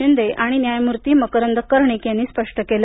शिंदे आणि न्यायमूर्ती मकरंद कर्णिक यांनी स्पष्ट केलं